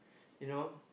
you know